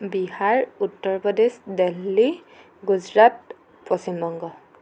Bihar Uttar Pradesh Delhi Gujarat Paschimbanga